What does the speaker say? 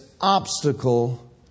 obstacle